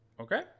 Okay